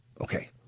Okay